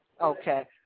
Okay